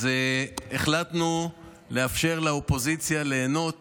אז החלטנו לאפשר לאופוזיציה ליהנות